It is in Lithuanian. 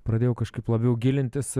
pradėjau kažkaip labiau gilintis